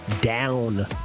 down